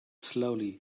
slowly